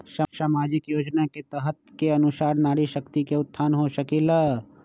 सामाजिक योजना के तहत के अनुशार नारी शकति का उत्थान हो सकील?